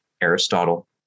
Aristotle